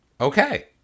okay